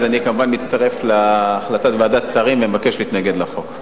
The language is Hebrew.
אני כמובן מצטרף להחלטת ועדת השרים ומבקש להתנגד לחוק.